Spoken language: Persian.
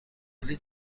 ولی